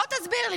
בוא תסביר לי,